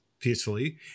peacefully